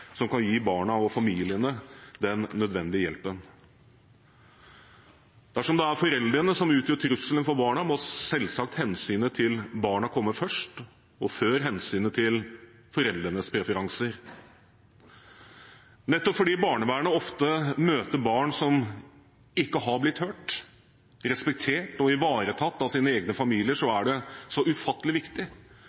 som kan gi barna og familiene den nødvendige hjelpen. Dersom det er foreldrene som utgjør trusselen for barna, må selvsagt hensynet til barna komme først og før hensynet til foreldrenes preferanser. Nettopp fordi barnevernet ofte møter barn som ikke har blitt hørt, respektert og ivaretatt av sine egne familier, er det så ufattelig viktig